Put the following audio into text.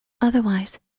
Otherwise